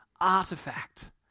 artifact